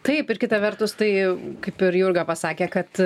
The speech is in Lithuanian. taip ir kita vertus tai kaip ir jurga pasakė kad